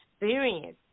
experience